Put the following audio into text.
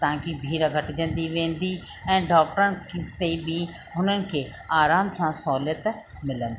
ताकी भीड़ घटिजंदी वेंदी ऐं डॉक्टरनि खे बि हुननि खे आराम सां सहूलियत मिलंदी